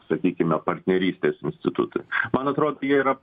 sakykime partnerystės institutui man atrod jie yra